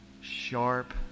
sharp